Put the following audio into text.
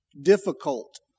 difficult